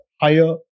higher